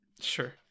Sure